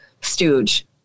stooge